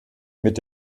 mit